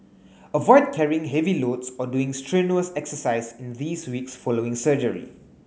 avoid carrying heavy loads or doing strenuous exercise in these weeks following surgery